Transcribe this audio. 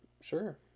Sure